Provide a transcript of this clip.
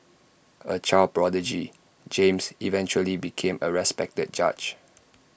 A child prodigy James eventually became A respected judge